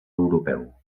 europeu